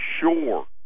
sure